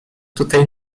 tutaj